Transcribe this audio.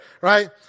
right